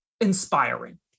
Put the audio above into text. inspiring